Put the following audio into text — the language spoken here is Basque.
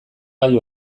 gai